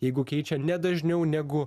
jeigu keičia ne dažniau negu